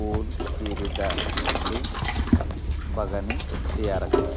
ᱩᱞ ᱯᱤᱭᱟᱹᱨᱤ ᱫᱟᱨᱮ ᱵᱟᱜᱟᱱᱤᱧ ᱛᱮᱭᱟᱨ ᱟᱠᱟᱫᱟ